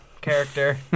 character